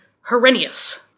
Herennius